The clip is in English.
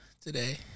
today